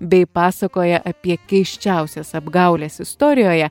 bei pasakoja apie keisčiausias apgaules istorijoje